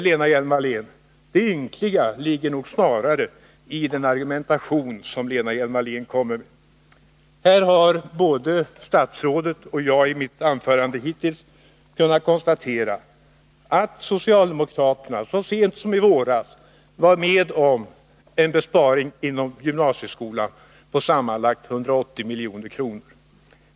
Men det ynkliga, Lena Hjelm-Wallén, ligger nog snarare i den argumentation som Lena Hjelm-Wallén kommer med. Här har både statsrådet och jag i mitt anförande hittills kunnat konstatera att socialdemokraterna så sent som i våras var med om en besparing inom gymnasieskolan på sammanlagt 180 milj.kr.